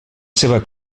seva